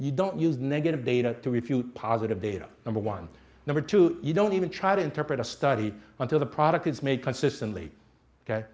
you don't use negative data to refute positive data number one number two you don't even try to interpret a study until the product is made consistently ok